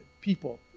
people